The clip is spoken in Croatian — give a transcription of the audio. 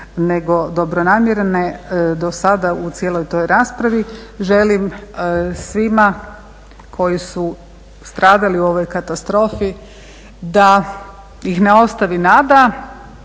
nego dobronamjerne do sada u cijeloj toj raspravi želim svima koji su stradali u ovoj katastrofi da ih ne ostavi nada,